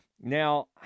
Now